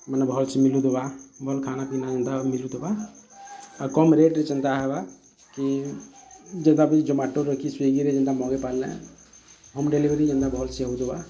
ମାନେ ଭଲ୍ ସେ ମିଲୁଥିବା ଭଲ୍ ଖାନା ପିନା ଏନ୍ତ ମିଲୁଥିବା ଆଉ କମ୍ ରେଟ୍ରେ ଯେନ୍ତା ହେବା କି ଯେନ୍ତା ବି ଜମାଟୋରେ ସ୍ୱିଗିରେ ଯେନ୍ତା ମଗେଇ ପାରଲେ ହୋମ୍ ଡେଲିଭରି ଏନ୍ତା ଭଲ୍ ସେ ହଉଥିବା